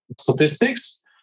statistics